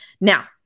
Now